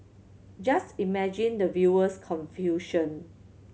just imagine the viewer's confusion